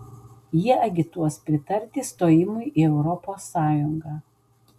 jie agituos pritarti stojimui į europos sąjungą